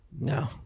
no